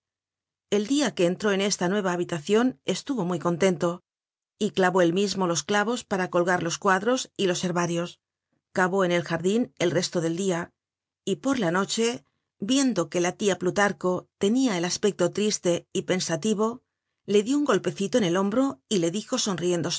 el dia que entró en esta nueva habitacion estuvo muy contento y clavó él mismo los clavos para colgar los cuadros y los herbarios cavó en el jardin el resto del dia y por la noche viendo que la tia plutarco tenia el aspecto triste y pensativo le dió un golpecito en el hombro y le dijo sonriéndose